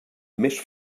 més